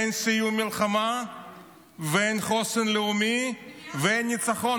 אין סיום מלחמה ואין חוסן לאומי ואין ניצחון.